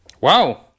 Wow